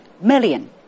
million